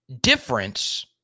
difference